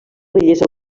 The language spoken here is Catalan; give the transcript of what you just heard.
bellesa